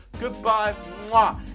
goodbye